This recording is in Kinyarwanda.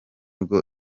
bwo